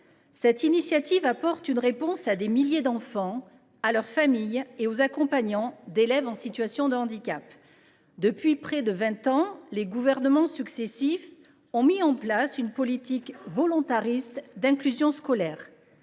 Cette initiative apporte une réponse à des milliers d’enfants, à leurs familles et aux accompagnants d’élèves en situation de handicap. Depuis près de vingt ans, les gouvernements successifs ont mis en place une politique volontariste d’inclusion scolaire.